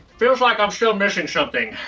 feels like i'm still missing something.